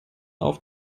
auf